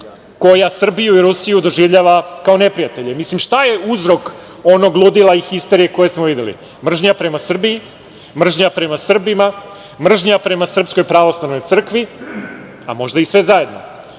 koja Srbiju i Rusiju doživljava kao neprijatelje. Šta je uzrok onog ludila i histerije koje smo videli? Mržnja prema Srbiji, mržnja prema Srbima, mržnja prema Srpskoj pravoslavnoj crkvi, a možda i sve zajedno.